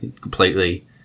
completely